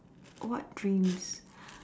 what dreams